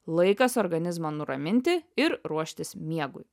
laikas organizmą nuraminti ir ruoštis miegui